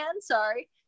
Sorry